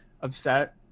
upset